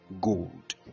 Gold